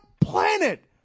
planet